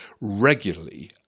regularly